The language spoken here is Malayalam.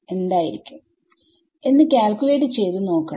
എന്തായിരിക്കും എന്ന് കാൽകുലേറ്റ് ചെയ്ത് നോക്കണം